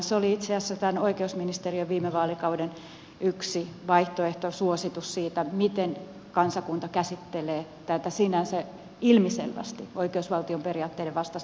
se oli itse asiassa tämän oikeusministeriön viime vaalikauden yksi vaihtoehtosuositus siitä miten kansakunta käsittelee tätä sinänsä ilmiselvästi oikeusvaltion periaatteiden vastaista tapahtumaa